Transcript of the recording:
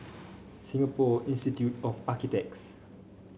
Singapore Institute of Architects